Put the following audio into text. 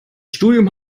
studium